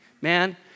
Man